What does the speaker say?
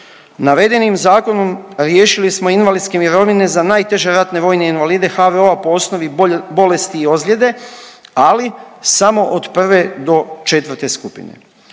Navedenim zakonom riješili smo invalidske mirovine za najteže ratne vojne invalide HVO-a po osnovi bolesti i ozljede, ali samo od 1. do 4. skupine.